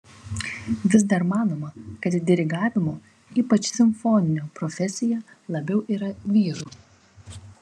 vis dar manoma kad dirigavimo ypač simfoninio profesija labiau yra vyrų